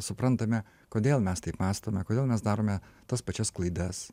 suprantame kodėl mes taip mąstome kodėl mes darome tas pačias klaidas